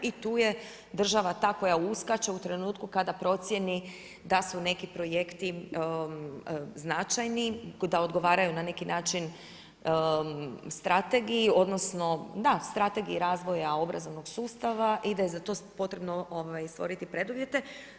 I tu je država ta koja uskače u trenutku kada procjeni da su neki projekti značajni, da odgovaraju na neki način strategiji odnosno, da strategiji razvoja obrazovnog sustava i da je za to potrebno stvoriti preduvjete.